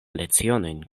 lecionojn